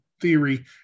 theory